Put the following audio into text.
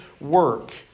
work